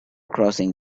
crossing